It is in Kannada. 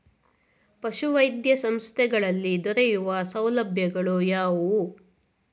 ಪಶುವೈದ್ಯ ಸಂಸ್ಥೆಗಳಲ್ಲಿ ದೊರೆಯುವ ಸೌಲಭ್ಯಗಳು ಯಾವುವು?